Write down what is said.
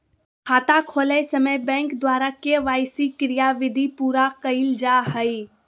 खाता खोलय समय बैंक द्वारा के.वाई.सी क्रियाविधि पूरा कइल जा हइ